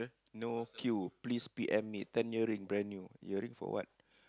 no queue please P_M me ten earring brand new earring for what